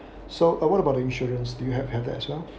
so uh what about the insurance do you have that as well